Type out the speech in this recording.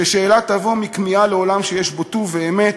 ששאלה תבוא מכמיהה לעולם שיש בו טוב ואמת,